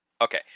Okay